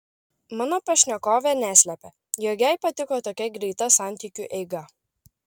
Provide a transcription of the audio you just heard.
mano pašnekovė neslepia jog jai patiko tokia greita santykiu eiga